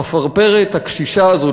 החפרפרת הקשישה הזאת,